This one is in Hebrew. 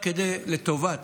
רק לטובת